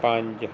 ਪੰਜ